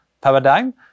Paradigm